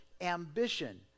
ambition